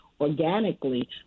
organically